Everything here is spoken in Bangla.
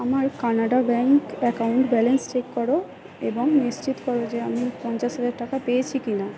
আমার Canada bank account balance check করো এবং নিশ্চিত করো যে আমি পঞ্চাশ হাজার টাকা পেয়েছি কি না